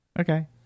Okay